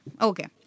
Okay